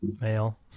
male